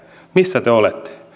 missä te olette